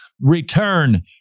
return